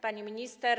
Pani Minister!